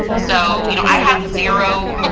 so you know i had zero